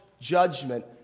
judgment